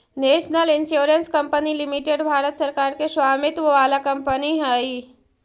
national insurance company limited Bharat सरकार के स्वामित्व वाला कंपनी हई